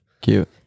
Cute